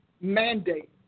mandate